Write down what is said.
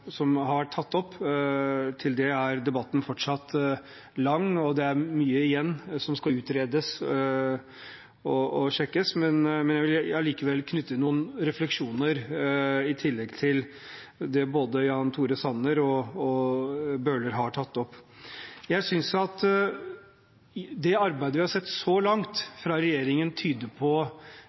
som har vært tatt opp. Til det er debatten fortsatt lang, og det er mye igjen som skal utredes og sjekkes. Men jeg vil likevel knytte noen refleksjoner til det både Jan Tore Sanner og Jan Bøhler har tatt opp. Jeg syns at det arbeidet vi har sett fra regjeringen så langt, tyder på